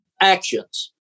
actions